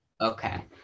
Okay